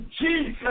Jesus